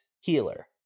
healer